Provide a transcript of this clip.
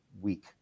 week